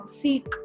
seek